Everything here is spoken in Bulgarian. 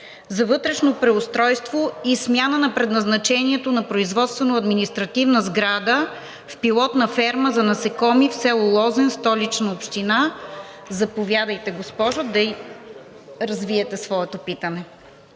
за вътрешно преустройство и смяна на предназначението на производствено-административна сграда в пилотна ферма за насекоми в село Лозен, Столична община. Заповядайте, госпожо Алексиева, да развиете своето питане.